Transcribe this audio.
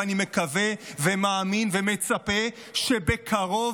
ואני מקווה ומאמין ומצפה שבקרוב,